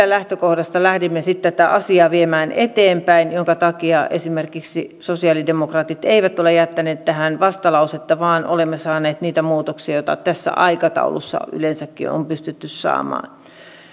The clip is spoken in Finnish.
lähtökohdasta lähdimme sitten tätä asiaa viemään eteenpäin minkä takia esimerkiksi sosialidemokraatit eivät ole jättäneet tähän vastalausetta vaan olemme saaneet niitä muutoksia joita tässä aikataulussa yleensäkin on on pystytty saamaan